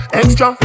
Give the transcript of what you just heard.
extra